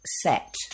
set